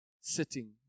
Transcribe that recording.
sitting